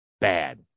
bad